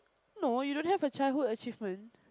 no you don't have a childhood achievement